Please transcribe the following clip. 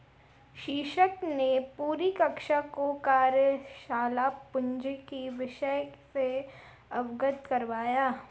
शिक्षक ने पूरी कक्षा को कार्यशाला पूंजी के विषय से अवगत कराया